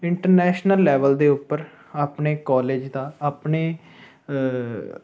international level ਦੇ ਉੱਪਰ ਆਪਣੇ ਕਾਲਜ ਦਾ ਆਪਣੇ